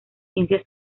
ciencias